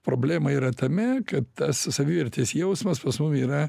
problema yra tame kad tas savivertės jausmas pas mum yra